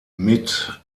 mit